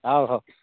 ହେଉ ହେଉ